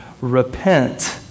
repent